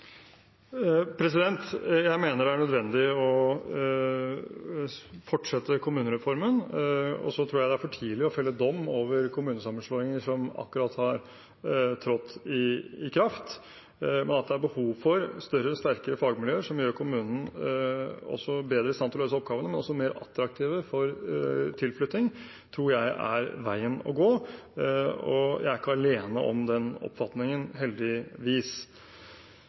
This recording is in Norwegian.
Jeg mener det er nødvendig å fortsette kommunereformen, og så tror jeg det er for tidlig å felle dom over kommunesammenslåinger som akkurat har trådt i kraft. At det er behov for større og sterkere fagmiljøer som gjør kommunen bedre i stand til å løse oppgavene og også er mer attraktive for tilflytting, tror jeg er veien å gå. Og jeg er ikke alene om den oppfatningen, heldigvis.